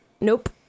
Nope